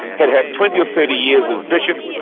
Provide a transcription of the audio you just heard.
had had twenty or thirty years as bishops,